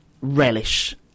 relish